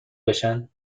بشن